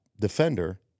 defender